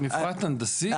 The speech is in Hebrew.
מפרט, מפרט הנדסי?